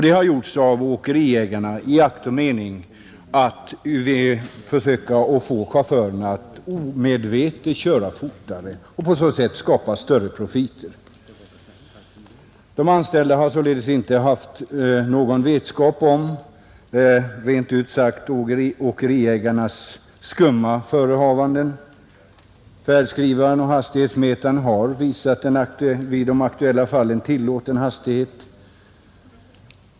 Det har gjorts av åkeriägarna i akt och mening att försöka att få chaufförerna att omedvetet köra fortare och på så sätt skapa större profiter. De anställda har sålunda rent ut sagt inte haft någon vetskap om åkeriägarnas skumma förehavanden. Färdskrivaren och hastighetsmätaren har visat en i det aktuella fallet tillåten hastighet.